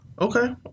Okay